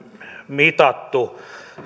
mitattu